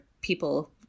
people